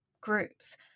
groups